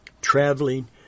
traveling